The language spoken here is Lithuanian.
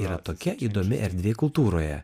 yra tokia įdomi erdvė kultūroje